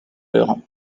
heure